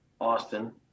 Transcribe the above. Austin